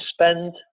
spend